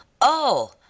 Oh